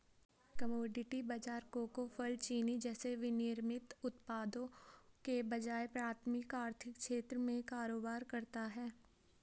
commodity बाजार cocoa, फल, चीनी जैसे विनिर्मित उत्पादों के बजाय प्राथमिक आर्थिक क्षेत्र में कारोबार करता है